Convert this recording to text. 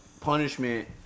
punishment